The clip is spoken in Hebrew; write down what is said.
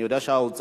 אני יודע שהאוצר,